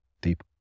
deep